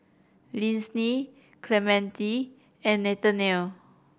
Lyndsey Clemente and Nathaniel